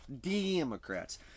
Democrats